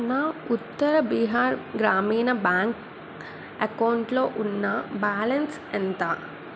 నా ఉత్తర బీహార్ గ్రామీణ బ్యాంక్ అకౌంట్లో ఉన్న బ్యాలెన్స్ ఎంత